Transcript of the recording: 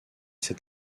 c’est